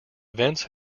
events